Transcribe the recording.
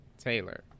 Taylor